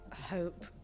hope